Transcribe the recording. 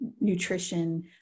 nutrition